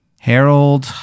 Harold